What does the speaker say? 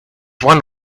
one